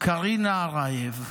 קרינה ארייב,